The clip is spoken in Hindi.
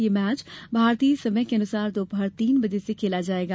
यह मैच भारतीय समय के अनुसार दोपहर तीन बजे से खेला जायेगा